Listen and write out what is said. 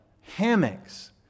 hammocks